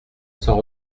sans